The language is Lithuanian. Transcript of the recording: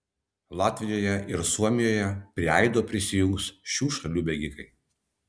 latvijoje ir suomijoje prie aido prisijungs šių šalių bėgikai